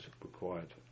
required